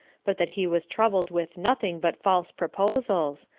but that he was troubled with nothing but false proposals,